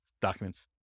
documents